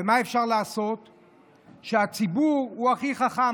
מה אפשר לעשות שהציבור הוא הכי חכם,